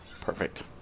Perfect